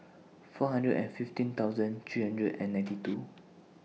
four hundred and fifteen thousand three hundred and ninety two